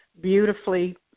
beautifully